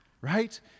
right